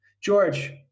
George